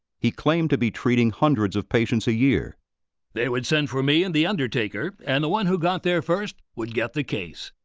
he claimed to be treating hundreds of patients a year. quimby they would send for me and the undertaker, and the one who got there first would get the case.